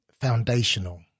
foundational